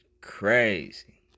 crazy